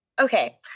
Okay